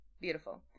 beautiful